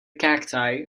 cacti